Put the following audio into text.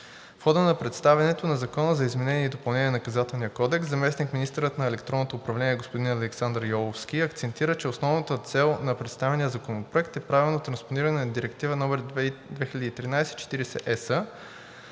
В хода на представянето на Закона за изменение и допълнение на Наказателния кодекс заместник-министърът на електронното управление господин Александър Йоловски акцентира, че основната цел на представения законопроект е правилно транспониране на Директива № 2013/40/ЕС.